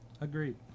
Agreed